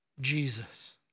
Jesus